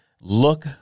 look